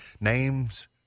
names